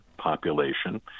population